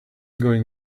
going